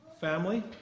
Family